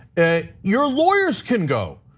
it, your lawyers can go.